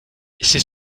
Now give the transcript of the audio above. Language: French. c’est